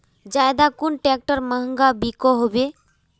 ज्यादा कुन ट्रैक्टर महंगा बिको होबे?